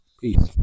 Peace